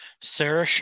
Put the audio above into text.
Sarah